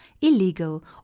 illegal